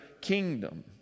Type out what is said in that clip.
kingdom